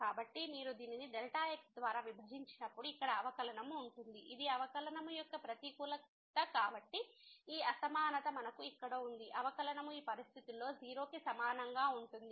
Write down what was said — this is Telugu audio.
కాబట్టి మీరు దీనిని x ద్వారా విభజించినప్పుడు ఇక్కడ అవకలనము ఉంటుంది ఇది అవకలనము యొక్క ప్రతికూలత కాబట్టి ఈ అసమానత మనకు ఇక్కడ ఉంది అవకలనము ఈ పరిస్థితిలో 0 కి సమానంగా ఉంటుంది